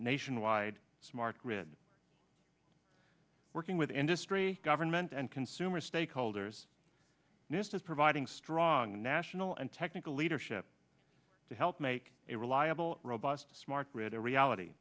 nationwide smart grid working with industry government and consumer stakeholders nist is providing strong national and technical leadership to help make a reliable robust smart grid a reality